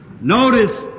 Notice